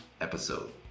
episode